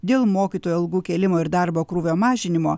dėl mokytojų algų kėlimo ir darbo krūvio mažinimo